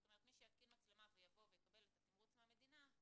זאת אומרת מי שיתקין מצלמה ויבוא ויקבל תמרוץ מהמדינה,